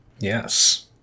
Yes